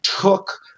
took